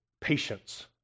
patience